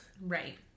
Right